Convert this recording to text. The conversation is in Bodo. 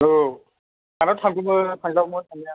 औ आंथ' थांगौमोन थांजागौमोन थांनाया